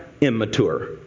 Immature